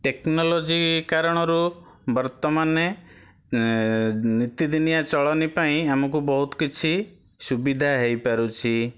technology କାରଣ ରୁ ବର୍ତ୍ତମାନେ ନିତିଦିନିଆ ଚଳନି ପାଇଁ ଆମକୁ ବହୁତ କିଛି ସୁବିଧା ହେଇପାରୁଛି